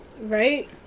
right